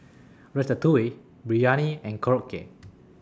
Ratatouille Biryani and Korokke